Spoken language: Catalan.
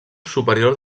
superior